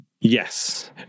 Yes